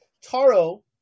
Taro